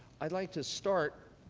i'd like to start